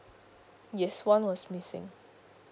yes one was missing